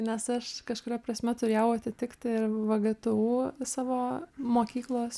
nes aš kažkuria prasme turėjau atitikti ir vgtu savo mokyklos